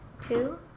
two